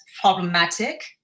problematic